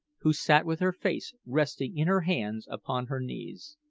who sat with her face resting in her hands upon her knees.